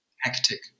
hectic